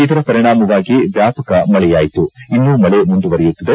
ಇದರ ಪರಿಣಾಮವಾಗಿ ವ್ಯಾಪಕ ಮಳೆಯಾಯಿತು ಇನ್ನೂ ಮಳೆ ಮುಂದುವರೆಯುತ್ತಿದೆ